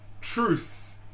truth